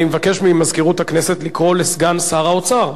אני מבקש ממזכירות הכנסת לקרוא לסגן שר האוצר.